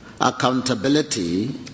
accountability